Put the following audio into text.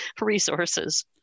resources